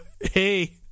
hey